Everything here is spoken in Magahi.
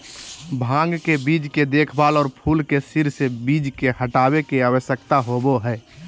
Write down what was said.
भांग के बीज के देखभाल, और फूल के सिर से बीज के हटाबे के, आवश्यकता होबो हइ